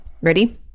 Ready